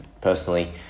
personally